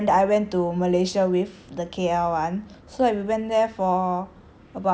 the same friend I went to malaysia with the K_L one so like we went there for